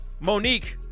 Monique